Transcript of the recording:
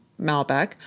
Malbec